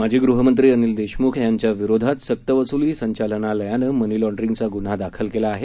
माजी गृहमंत्री अनिल देशमुख यांच्या विरोधात सक्तवसुली संचालनालयानं मनी लॉंड्रिंगचा गुन्हा दाखल केला आहे